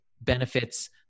benefits